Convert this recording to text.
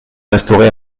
restauré